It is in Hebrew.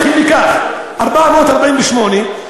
448,